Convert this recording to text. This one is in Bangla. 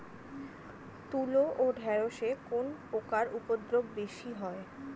তুলো ও ঢেঁড়সে কোন পোকার উপদ্রব বেশি হয়?